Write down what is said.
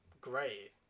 great